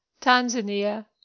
tanzania